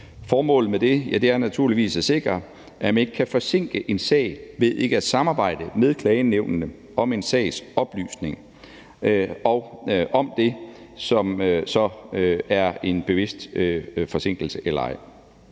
Formålet med det er naturligvis at sikre, at man ikke kan forsinke en sag ved ikke at samarbejde med klagenævnene om en sags oplysning – om det så er en bevidst forsinkelse eller ej.